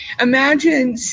imagine